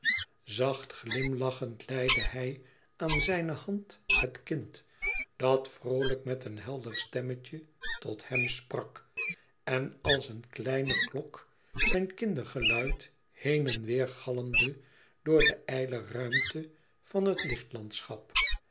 zacht glimlachend leidde hij aan zijn hand het kind dat vroolijk met een helder stemmetje tot hem sprak en als een kleine klok zijn kindergeluid heen en weêr galmde door de ijle ruimte van het